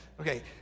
Okay